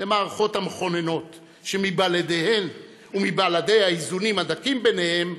למערכות המכוננות שמבלעדיהן ומבלעדי האיזונים הדקים ביניהן,